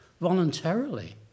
voluntarily